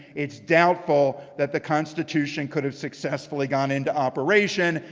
it's doubtful that the constitution could have successfully gone into operation,